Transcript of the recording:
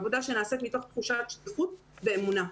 עבודה שנעשית מתוך תחושה של שליחות ואמונה.